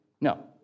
No